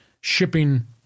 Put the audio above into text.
shipping